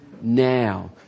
now